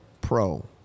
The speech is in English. Pro